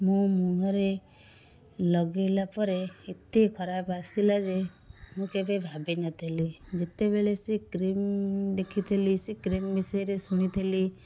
ମୁଁ ମୁଁହରେ ଲଗାଇଲା ପରେ ଏତେ ଖରାପ ଆସିଲା ଯେ ମୁଁ କେବେ ଭାବିନଥିଲି ଯେତେବେଳେ ସେ କ୍ରିମ୍ ଦେଖିଥିଲି ସେ କ୍ରିମ୍ ବିଷୟରେ ଶୁଣିଥିଲି